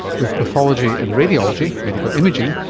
with pathology and radiology, medical imaging,